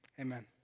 Amen